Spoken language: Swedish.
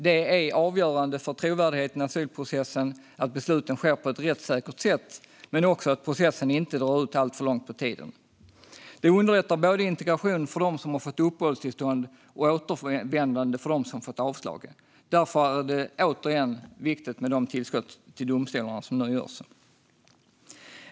Det är avgörande för trovärdigheten i asylprocessen att besluten fattas på ett rättssäkert sätt men också att processen inte drar ut alltför långt på tiden. Det underlättar både integrationen för dem som har fått uppehållstillstånd och återvändandet för dem som får avslag. Därför är det, återigen, viktigt med de tillskott till domstolarna som nu görs.